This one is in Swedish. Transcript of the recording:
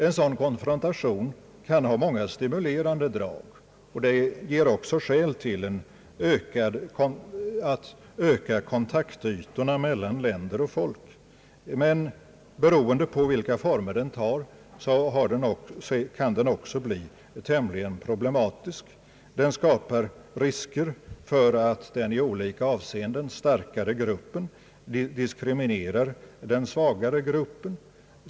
En sådan konfrontation kan ha många stimulerande drag och kan också ge anledning till att öka kontaktytorna mellan länder och folk. Men den kan även bli tämligen problematisk, beroende på vilka former den tar. Den skapar risker för att den i olika avseenden starkare gruppen diskriminerar den svagare gruppen.